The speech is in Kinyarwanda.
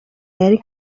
yari